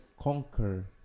conquer